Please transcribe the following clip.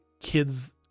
kids